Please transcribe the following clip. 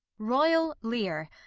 royal lear,